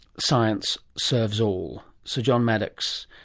science serves all. sir john maddox.